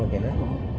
ఒకే నా